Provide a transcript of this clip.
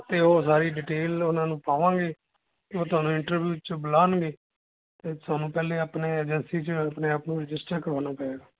ਅਤੇ ਉਹ ਸਾਰੀ ਡਿਟੇਲ ਉਹਨਾਂ ਨੂੰ ਪਾਵਾਂਗੇ ਅਤੇ ਉਹ ਤੁਹਾਨੂੰ ਇੰਟਰਵਿਊ 'ਚ ਬੁਲਾਉਣਗੇ ਅਤੇ ਤੁਹਾਨੂੰ ਪਹਿਲੇ ਆਪਣੇ ਏਜੰਸੀ 'ਚ ਆਪਣੇ ਆਪ ਨੂੰ ਰਜਿਸਟਰ ਕਰਵਾਉਣਾ ਪਏਗਾ